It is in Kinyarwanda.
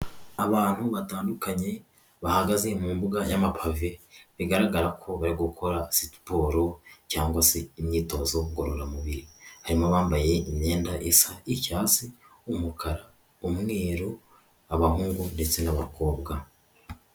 Abantu batandukanye bahagaze mu mbuga y'amapave bigaragara ko bari gukora siporo cyangwa se imyitozo ngororamubiri. Harimo bambaye imyenda isa icyatsi, umukara, umweru; abahungu ndetse n'abakobwa.